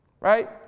Right